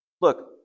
look